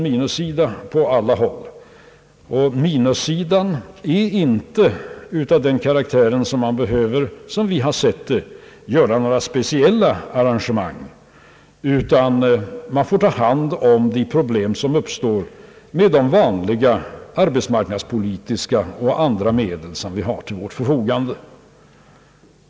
Minussidan är inte av den karaktären att vi, som jag har sett det, behöver vidta några speciella arrangemang, utan för att lösa dessa problem räcker det med de vanliga arbetsmarknadspolitiska och andra medel som står till vårt förfogande.